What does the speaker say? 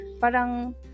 parang